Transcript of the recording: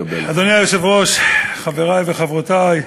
אדוני היושב-ראש, חברי וחברותי,